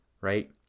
right